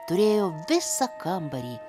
turėjo visą kambarį